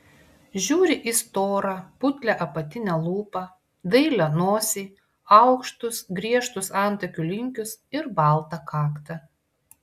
žiūri į storą putlią apatinę lūpą dailią nosį aukštus griežtus antakių linkius ir baltą kaktą